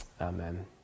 Amen